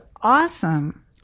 awesome